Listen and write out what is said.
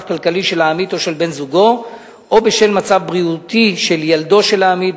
כלכלי של העמית או של בן-זוגו או בשל מצב בריאותי של ילדו של העמית,